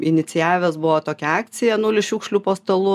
inicijavęs buvo tokią akciją nulis šiukšlių po stalu